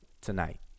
tonight